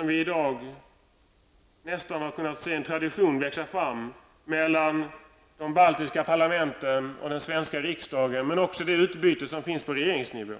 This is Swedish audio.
och man har nästan kunnat se en tradition av utbyte mellan de baltiska parlamenten och den svenska riksdagen växa fram och likaså ett utbyte på regeringsnivå.